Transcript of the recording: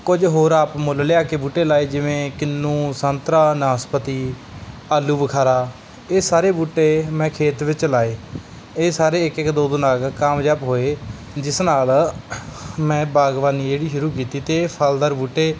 ਕੁਝ ਹੋਰ ਆਪ ਮੁੱਲ ਲਿਆ ਕੇ ਬੂਟੇ ਲਾਏ ਜਿਵੇਂ ਕੀਨੂੰ ਸੰਤਰਾ ਨਾਸਪਤੀ ਆਲੂ ਬੁਖ਼ਾਰਾ ਇਹ ਸਾਰੇ ਬੂਟੇ ਮੈਂ ਖੇਤ ਵਿੱਚ ਲਾਏ ਇਹ ਸਾਰੇ ਇੱਕ ਇੱਕ ਦੋ ਦੋ ਨਗ ਕਾਮਯਾਬ ਹੋਏ ਜਿਸ ਨਾਲ ਮੈਂ ਬਾਗਵਾਨੀ ਜਿਹੜੀ ਸ਼ੁਰੂ ਕੀਤੀ ਅਤੇ ਇਹ ਫਲਦਾਰ ਬੂਟੇ